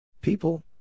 People